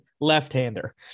left-hander